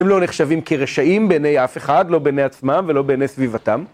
הם לא נחשבים כרשעים בעיני אף אחד, לא בעיני עצמם ולא בעיני סביבתם.